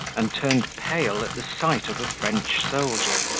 and turned pale at the sight of a french soldier.